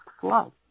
flow